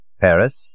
Paris